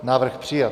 Návrh přijat.